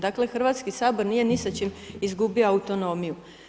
Dakle Hrvatski sabor nije ni sa čime izgubio autonomiju.